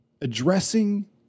addressing